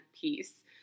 piece